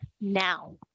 Now